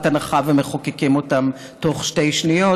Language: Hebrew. הנחה ומחוקקים אותם תוך שתי שניות,